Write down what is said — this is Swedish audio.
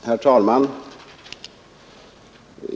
Herr talman!